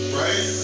right